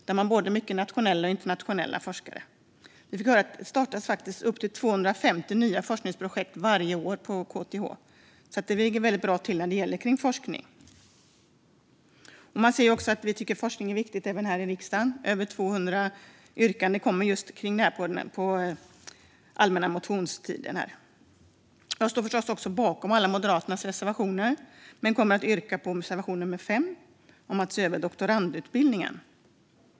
På KTH bedrivs både nationell och internationell forskning, och det startas upp till 250 nya forskningsprojekt varje år. Vi ligger alltså bra till. Även i riksdagen tycker vi att forskning är viktigt. Över 200 motioner under allmänna motionstiden handlade om detta ämne. Jag står förstås bakom alla Moderaternas reservationer, men jag yrkar bifall endast till reservation nummer 5 om att se över doktorandutbildningen.